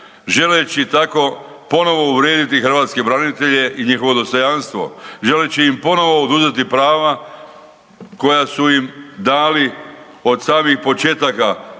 želeći tako ponovo uvrijediti hrvatske branitelje i njihovo dostojanstvo, želeći im ponovo oduzeti prava koja su im dali od samih početaka